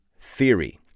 theory